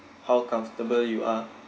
how comfortable you are